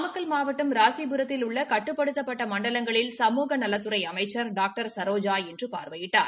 நாமக்கல் மாவட்டம் ராசிபுரத்தில் உள்ள கட்டுப்படுத்தப்பட்ட மண்டலங்களில் சமூக நலத்துறை அமைச்சர் டாக்டர் சரோஜா இன்று பார்வையிட்டார்